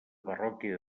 parròquia